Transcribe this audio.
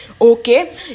Okay